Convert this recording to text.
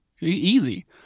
easy